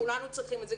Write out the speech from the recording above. כולנו צריכים את זה,